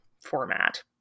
format